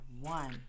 One